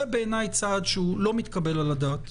זה בעיניי צעד שהוא לא מתקבל על הדעת.